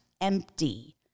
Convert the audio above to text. empty